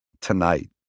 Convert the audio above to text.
tonight